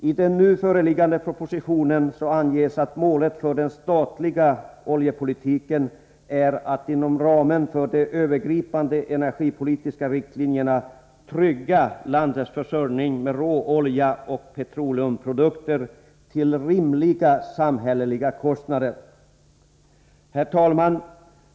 I den nu föreliggande propositionen anges att målet för den statliga oljepolitiken är att inom ramen för de övergripande energipolitiska riktlinjerna trygga landets försörjning med råolja och petroleumprodukter till rimliga samhälleliga kostnader. Herr talman!